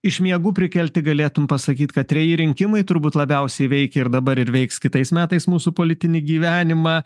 iš miegų prikelti galėtum pasakyt kad treji rinkimai turbūt labiausiai veikia ir dabar ir veiks kitais metais mūsų politinį gyvenimą